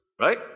right